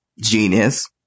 genius